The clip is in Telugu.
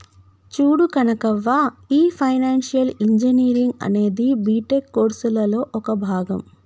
చూడు కనకవ్వ, ఈ ఫైనాన్షియల్ ఇంజనీరింగ్ అనేది బీటెక్ కోర్సులలో ఒక భాగం